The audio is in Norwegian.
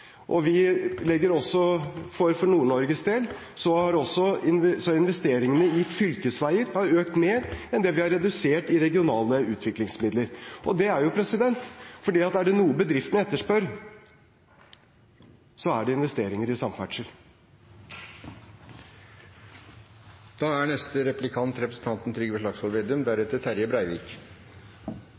For Nord-Norges del har investeringene i fylkesveier økt mer enn det vi har redusert de regionale utviklingsmidlene med, for er det noe bedriftene etterspør, så er det investeringer i